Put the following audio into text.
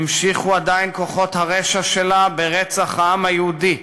המשיכו כוחות הרשע שלה ברצח העם היהודי,